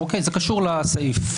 זה קשור לסעיף.